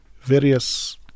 various